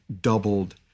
doubled